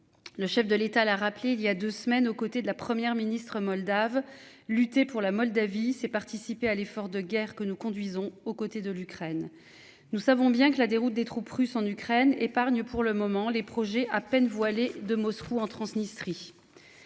Le chef de l'État l'a rappelé il y a 2 semaines aux côtés de la Première ministre moldave lutter pour la Moldavie c'est participer à l'effort de guerre que nous conduisons aux côtés de l'Ukraine. Nous savons bien que la déroute des troupes russes en Ukraine épargne pour le moment les projets à peine voilée de Moscou en Transnistrie.